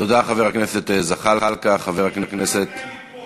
תודה, חבר הכנסת זחאלקה.